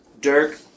Dirk